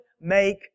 make